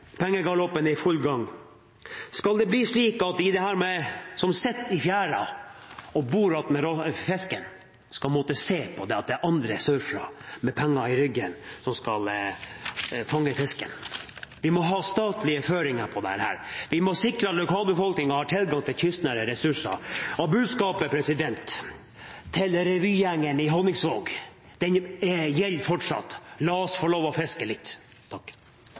Pengegaloppen er i full gang. Skal det bli slik at de som sitter i fjæra og bor ved fisken, skal måtte se på at det er andre sørfra, med penger i ryggen, som skal fange fisken? Vi må ha statlige føringer for dette. Vi må sikre at lokalbefolkningen har tilgang til kystnære ressurser. Budskapet til revygjengen i Honningsvåg gjelder fortsatt: La oss få lov å fiske litt.